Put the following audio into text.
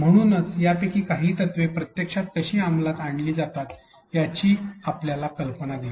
म्हणूनच यापैकी काही तत्त्वे प्रत्यक्षात कशी अंमलात आणली जातात याची आपल्याला कल्पना दिली